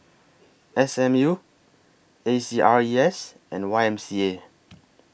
S M U A C R E S and Y M C A